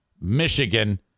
Michigan